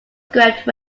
script